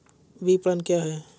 विपणन क्या है?